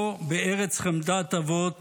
פה בארץ חמדת אבות